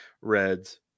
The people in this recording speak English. Reds